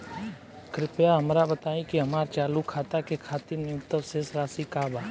कृपया हमरा बताइ कि हमार चालू खाता के खातिर न्यूनतम शेष राशि का बा